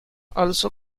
also